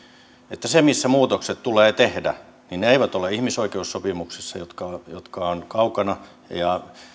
että ne missä muutokset tulee tehdä eivät ole ihmisoikeussopimuksissa jotka jotka ovat kaukana ja niillä on